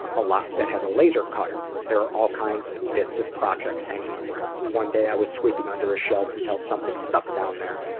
ah a lot that had a laser cutter. there are all kinds of bits of projects hanging around. one day i was sweeping under a shelf and felt something stuck down there.